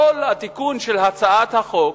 כל התיקון של הצעת החוק,